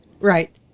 Right